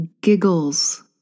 giggles